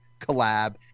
collab